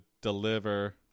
deliver